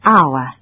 Hour